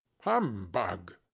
Humbug